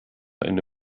eine